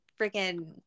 freaking